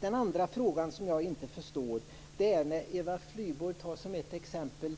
En annan sak jag inte förstår är när Eva Flyborg tar som exempel